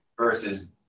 versus